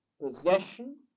possession